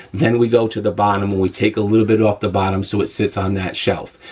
then we go to the bottom, we take a little bit off the bottom, so it sits on that shelf.